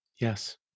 Yes